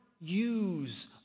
use